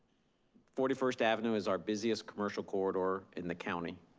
forty first avenue is our busiest commercial corridor in the county.